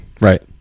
right